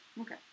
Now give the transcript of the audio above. Okay